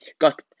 Got